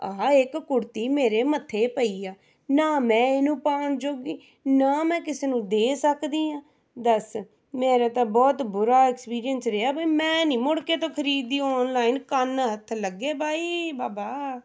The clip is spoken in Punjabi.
ਆਹ ਇੱਕ ਕੁੜਤੀ ਮੇਰੇ ਮੱਥੇ ਪਈ ਆ ਨਾ ਮੈਂ ਇਹਨੂੰ ਪਾਉਣ ਯੋਗੀ ਨਾ ਮੈਂ ਕਿਸੇ ਨੂੰ ਦੇ ਸਕਦੀ ਹਾਂ ਦੱਸ ਮੇਰਾ ਤਾਂ ਬਹੁਤ ਬੁਰਾ ਐਕਸਪੀਰੀਅੰਸ਼ ਰਿਹਾ ਵੀ ਮੈਂ ਨਹੀਂ ਮੁੜ ਕੇ ਤੋਂ ਖਰੀਦਦੀ ਔਨਲਾਈਨ ਕੰਨ ਹੱਥ ਲੱਗੇ ਬਾਈ ਬਾਬਾ